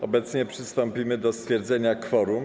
Obecnie przystąpimy do stwierdzenia kworum.